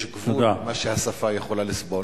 יש גבול למה שהשפה יכולה לסבול.